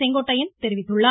செங்கோட்டையன் தெரிவித்துள்ளார்